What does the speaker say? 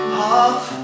half